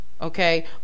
okay